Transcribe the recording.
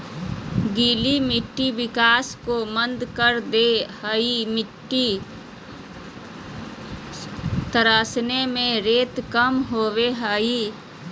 गीली मिट्टी विकास को मंद कर दे हइ मिटटी तरसने में रेत कम होबो हइ